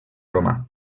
romà